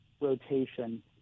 rotation